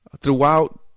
throughout